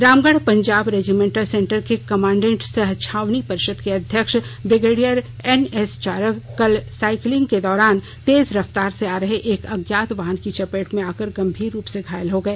Ramgarh Punjab regimental centre के commandant सह छावनी परिषद के अध्यक्ष ब्रिगेडियर एनएस चारग कल साइकिलिंग के दौरान तेज रफ्तार से आ रहे एक अज्ञात वाहन की चपेट में आकर गंभीर रूप से घायल हो गए